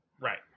Right